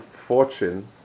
fortune